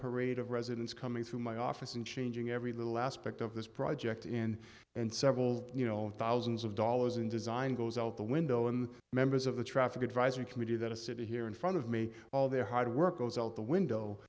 parade of residents coming through my office and changing every little aspect of this project in and several you know thousands of dollars in design goes out the window and members of the traffic advisory committee that a city here in front of me all their hard work goes out the window